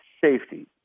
safety